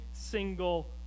single